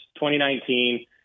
2019